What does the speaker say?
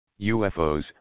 UFOs